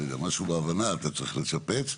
משהו בהבנה אתה צריך לשפץ.